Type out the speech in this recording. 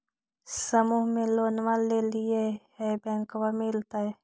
समुह मे लोनवा लेलिऐ है बैंकवा मिलतै?